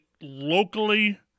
locally